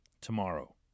tomorrow